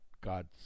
God's